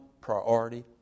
priority